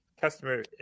customer